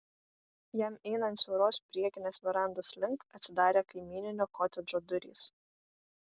jam einant siauros priekinės verandos link atsidarė kaimyninio kotedžo durys